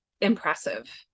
impressive